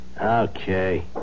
Okay